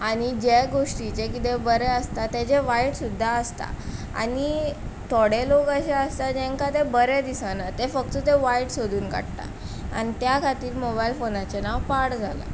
आनी जे गोश्टीचें किदें बरें आसता तेजें वायट सुद्दा आसता आनी थोडे अशें आसता लोक जे आसता तेंका तें बरें दिस आनी जे गोश्टीचें कितें बरें आसता ताजें वायट सुद्दां आसता आनी थोडे अशें आसता लोक जे आसता तांकां तें बरें दिसना ते फक्त ते वायट सोदून काडटा आनी त्या खातीर मोबायल फोनाचें नांव पाड जालां ना ते फक्त ते वायट सोदून काडटा आनी त्या खातीर मोबायल फोनाचें नांव पाड जालां